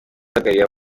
uhagarariye